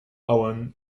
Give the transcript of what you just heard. owen